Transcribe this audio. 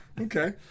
Okay